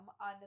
on